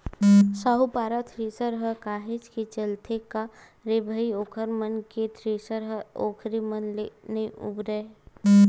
साहूपारा थेरेसर ह काहेच के चलथे का रे भई ओखर मन के थेरेसर ह ओखरे मन ले नइ उबरय